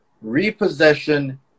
repossession